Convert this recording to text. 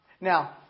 Now